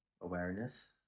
awareness